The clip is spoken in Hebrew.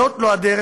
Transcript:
זאת לא הדרך.